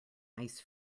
ice